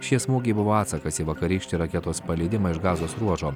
šie smūgiai buvo atsakas į vakarykštį raketos paleidimą iš gazos ruožo